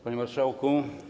Panie Marszałku!